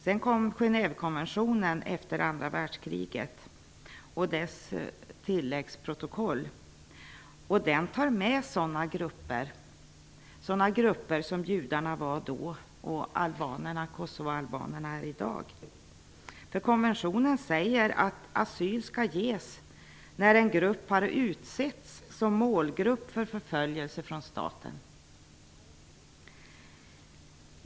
Sedan kom Genèvekonventionen efter andra världskriget, och dess tilläggsprotokoll. Den tar med sådana grupper som judarna var då och Kosovoalbanerna är i dag. Konventionen säger att asyl skall ges när en grupp utsetts till målgrupp för förföljelse från staten.